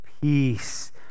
peace